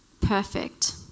perfect